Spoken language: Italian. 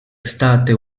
state